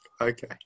Okay